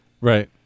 Right